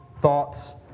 thoughts